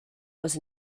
was